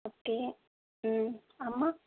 okay ம் அம்மா